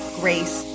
grace